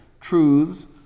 truths